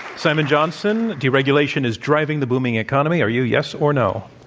simon johnson, deregulation is driving the booming economy. are you yes or no?